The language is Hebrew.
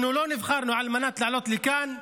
אנחנו לא נבחרנו על מנת לעלות לכאן ולדבר.